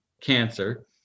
cancer